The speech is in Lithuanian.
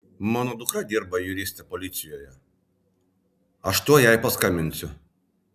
mano dukra dirba juriste policijoje aš tuoj jai paskambinsiu